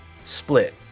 split